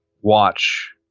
watch